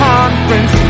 Conference